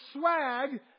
swag